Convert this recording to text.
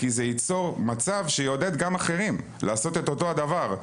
כי זה ייצור מצב שיעודד גם אחרים לעשות את אותו הדבר.